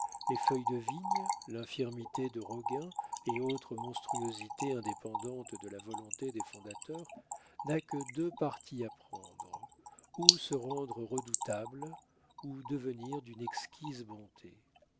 les feuilles de vigne l'infirmité de roguin et autres monstruosités indépendantes de la volonté des fondateurs n'a que deux partis à prendre ou se rendre redoutable ou devenir d'une exquise bonté